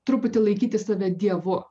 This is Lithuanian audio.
truputį laikyti save dievu